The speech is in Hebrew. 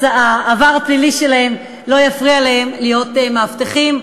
העבר הפלילי שלהם לא יפריע להם להיות מאבטחים.